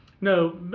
No